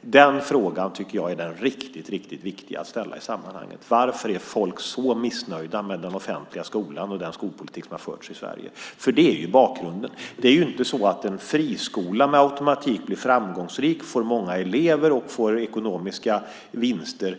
Dessa frågor tycker jag är de verkligt viktiga att ställa i sammanhanget. Varför är folk så missnöjda med den offentliga skolan och den skolpolitik som förts i Sverige? Det är nämligen bakgrunden. Det är inte så att en friskola med automatik, bara genom att etablera sig, blir framgångsrik, får många elever och skapar ekonomiska vinster.